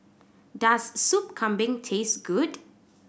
does Sop Kambing taste good